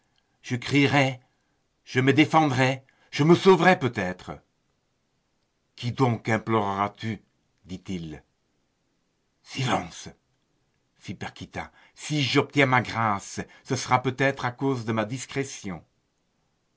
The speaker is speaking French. je crierai je me défendrai je me sauverai peut-être qui donc imploreras tu dit-il silence reprit paquita si j'obtiens ma grâce ce sera peut-être à cause de ma discrétion